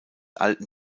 alten